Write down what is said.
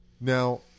Now